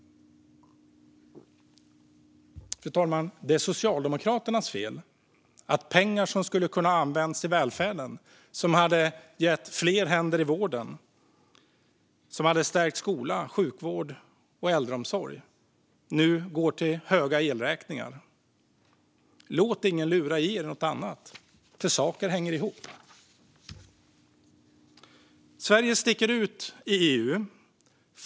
Fru talman! Det är Socialdemokraternas fel att pengar som skulle ha kunnat användas i välfärden, som hade gett fler händer i vården och som hade stärkt skola, sjukvård och äldreomsorg, nu går till höga elräkningar. Låt ingen lura i er något annat, för saker hänger ihop! Sverige sticker ut i EU.